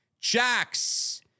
Jax